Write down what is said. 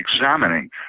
examining